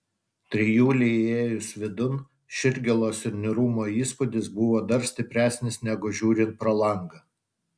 trijulei įėjus vidun širdgėlos ir niūrumo įspūdis buvo dar stipresnis negu žiūrint pro langą